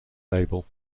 label